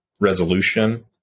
resolution